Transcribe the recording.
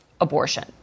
abortion